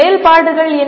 செயல்பாடுகள் என்ன